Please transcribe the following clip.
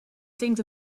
things